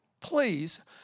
Please